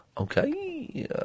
Okay